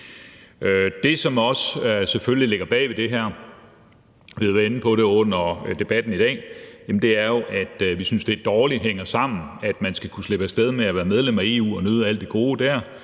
Det, som selvfølgelig også ligger bag ved det her – vi har været inde på det under debatten i dag – er jo, at vi synes, at det hænger dårligt sammen, at man skal kunne slippe af sted med at være medlem af EU og nyde alt det gode der,